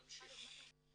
תמשיך.